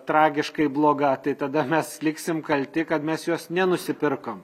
tragiškai bloga tai tada mes liksim kalti kad mes jos nenusipirkom